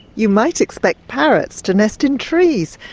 you might expect parrots to nest in trees,